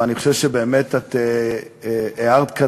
אני חושב שהארת פה